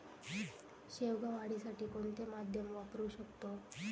शेवगा वाढीसाठी कोणते माध्यम वापरु शकतो?